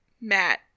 Matt